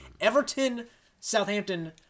Everton-Southampton